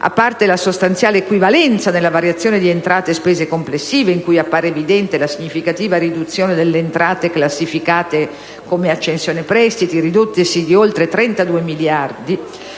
a parte la sostanziale equivalenza nella variazione di entrate e spese complessive, in cui appare evidente la significativa riduzione delle entrate classificate come «accensione prestiti», ridottesi di oltre 32 miliardi,